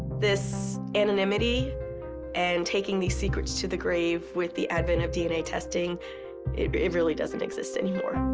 this anonymity and taking these secrets to the grave, with the advent of dna testing, it but really doesn't exist anymore.